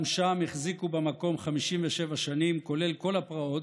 גם שם החזיקו במקום 57 שנים, כולל כל הפרעות,